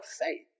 faith